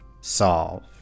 solve